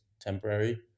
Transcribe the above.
temporary